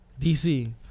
DC